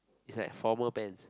it's like formal pants